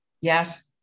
Yes